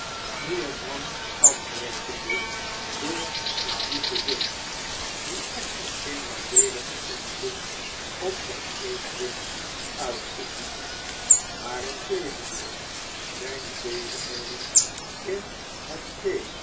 nu en dan afbrekende door een diepen zucht die echter geen nadeeligen invloed op zijn eetlust uitoefende maar integendeel zijne bezigheden in het